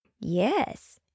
Yes